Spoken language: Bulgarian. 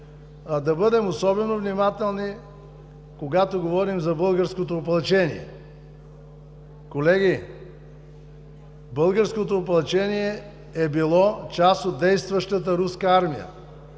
да бъдем особено внимателни, когато говорим за Българското опълчение. Колеги, Българското опълчение е било част от действащата руска армия.